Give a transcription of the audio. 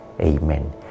Amen